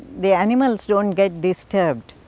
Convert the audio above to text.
the animals don't get disturbed.